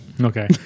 Okay